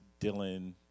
Dylan